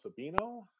Sabino